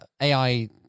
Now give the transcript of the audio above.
AI